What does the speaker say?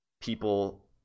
people